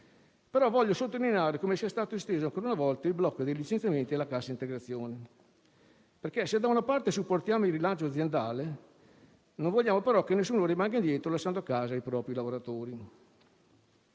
ma voglio sottolineare come sia stato esteso ancora una volta il blocco dei licenziamenti e la cassa integrazione. Se da una parte, infatti, supportiamo il rilancio aziendale non vogliamo però che nessuno rimanga indietro lasciando a casa i propri lavoratori.